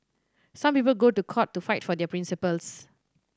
some people go to court to fight for their principles